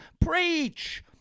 Preach